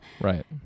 right